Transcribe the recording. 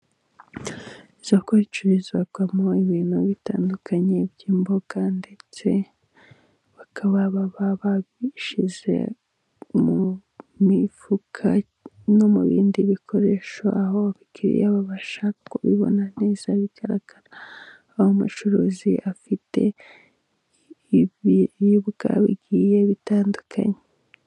Isoko ricururizwamo ibintu bitandukanye by'imboga, ndetse bakaba baba babishyize ku mifuka no mu bindi bikoresho aho abakiriya babasha kubibona neza bigaragara, aho umucuruzi afite ibiribwa bigiye bitandukanye.